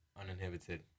uninhibited